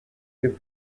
que